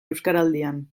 euskaraldian